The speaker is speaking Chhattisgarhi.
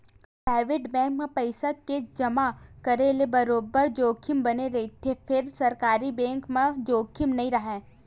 पराइवेट बेंक म पइसा के जमा करे ले बरोबर जोखिम बने रहिथे फेर सरकारी बेंक म जोखिम नइ राहय